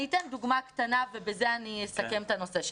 אני אתן דוגמה קטנה ובזה אני אסכם את הנושא.